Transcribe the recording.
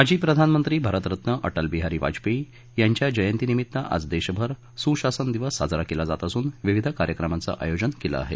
माजी प्रधानमंत्री भारतरत्न अटलबिहारी वाजपेयी या जयंतीनिमित्त आज देशभर सुशासन दिवस साजरा केला जात असून विविध कार्यक्रमांचं आयोजन केलं आहे